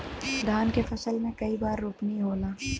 धान के फसल मे कई बार रोपनी होला?